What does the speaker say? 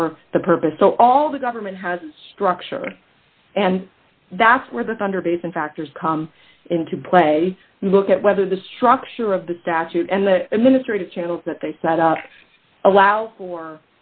or the purpose so all the government has structure and that's where the thunder basin factors come into play look at whether the structure of the statute and the administrative channels that they set up allows for